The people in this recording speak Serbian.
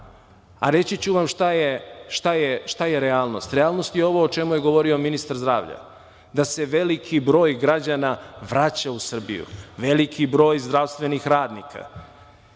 a reći ću vam šta je realnost. Realnost je ovo o čemu je govorio ministar zdravlja, da se veliki broj građana vraća u Srbiju, veliki broj zdravstvenih radnika.